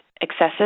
excessive